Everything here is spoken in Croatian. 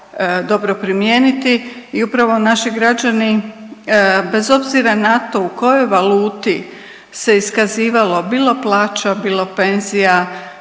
dobro primijeniti. I upravo naši građani bez obzira na to u kojoj valuti se iskazivalo bilo plaća, bilo penzija,